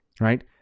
right